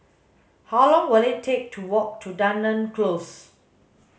how long will it take to walk to Dunearn Close